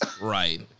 Right